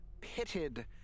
pitted